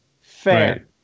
fair